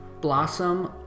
blossom